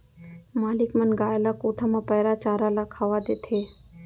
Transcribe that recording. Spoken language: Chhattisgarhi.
मालिक मन गाय ल कोठा म पैरा चारा ल खवा देथे